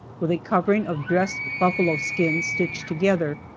with a covering of dressed buffalo skins stitched together.